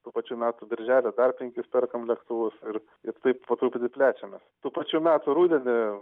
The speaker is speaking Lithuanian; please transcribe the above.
tų pačių metų birželį dar penkis perkam lėktuvus ir ir taip po truputį plečiamės tų pačių metų rudenį